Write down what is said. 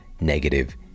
negative